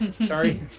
Sorry